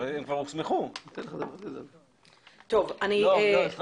אני --- לא,